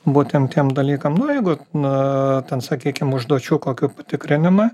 būtent tiem dalykam nu jeigu na ten sakykim užduočių kokių patikrinimui